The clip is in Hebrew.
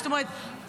זאת אומרת,